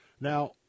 Now